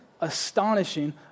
astonishing